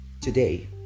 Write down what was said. today